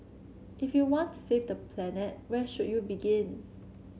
if you want to save the planet where should you begin